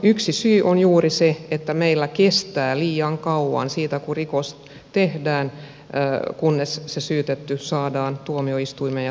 yksi syy on juuri se että meillä kestää liian kauan siitä kun rikos tehdään kunnes se syytetty saadaan tuomioistuimeen ja tuomittua